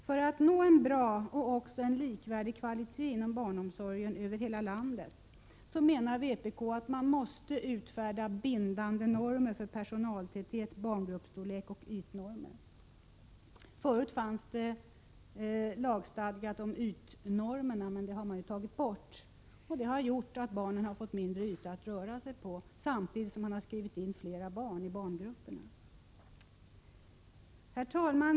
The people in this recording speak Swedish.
För att uppnå en bra och likvärdig kvalitet inom barnomsorgen i hela landet menar vi i vpk att det måste utfärdas bindande normer för personaltäthet, barngruppsstorlek och ytnormer. Förut var ytnormerna lagstadgade, men så är det inte längre. Det har gjort att barnen har fått en mindre yta att röra sig på, samtidigt som fler barn har skrivits in i barngrupperna. Herr talman!